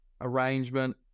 arrangement